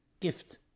gift